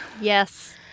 Yes